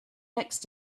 next